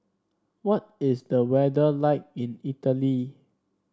what is the weather like in Italy